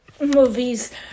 movie's